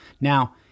Now